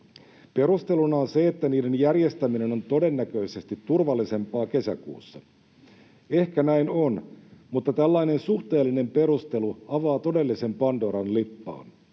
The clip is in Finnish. Perusteluna on se, että niiden järjestäminen on todennäköisesti turvallisempaa kesäkuussa. Ehkä näin on, mutta tällainen suhteellinen perustelu avaa todellisen pandoran lippaan